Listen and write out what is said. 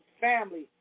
family